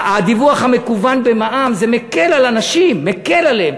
הדיווח המקוון במע"מ, זה מקל על אנשים, מקל עליהם.